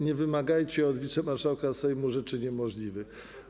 Nie wymagajcie od wicemarszałka Sejmu rzeczy niemożliwych.